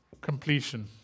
Completion